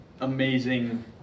amazing